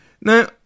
Now